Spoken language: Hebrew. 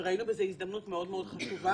וראינו בזה הזדמנות מאוד מאוד חשובה.